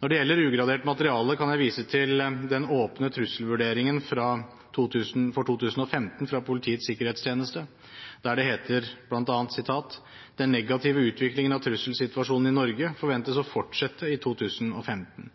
Når det gjelder ugradert materiale, kan jeg vise til den åpne trusselvurderingen for 2015 fra Politiets sikkerhetstjeneste. Der heter det bl.a.: «Den negative utviklingen av trusselsituasjonen i Norge forventes å fortsette i 2015.